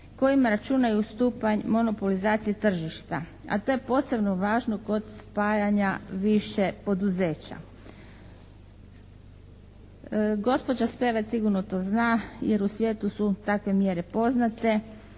kojima računaju stupanj monopolizacije tržišta, a to je posebno važno kod spajanja više poduzeća. Gospođa Spevec sigurno to zna jer u svijetu su takve mjere poznate.